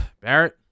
Barrett